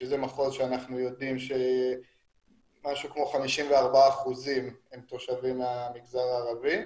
שזה מחוז שאנחנו יודעים שמשהו כמו 54% הם תושבים מהמגזר הערבי,